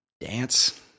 dance